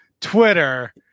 Twitter